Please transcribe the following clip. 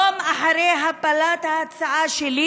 יום אחרי הפלת ההצעה שלי